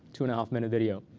two and a half minute video.